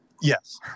yes